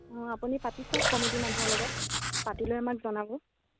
অ' আপুনি পাতি চাওক কমিটিৰ মানুহৰ লগত পাতি লৈ আমাক জনাব